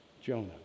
Jonah